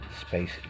space